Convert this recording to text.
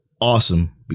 awesome